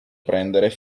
prender